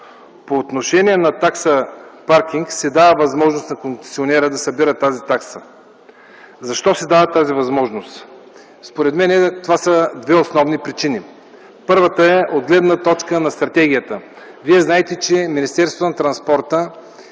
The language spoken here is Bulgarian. По отношение на такса паркинг се дава възможност на концесионера да събира тази такса. Защо се дава тази възможност? Според мен има две основни причини. Първата е от гледна точка на стратегията. Вие знаете, че